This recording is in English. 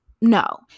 No